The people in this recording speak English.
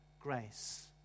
grace